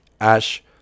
ash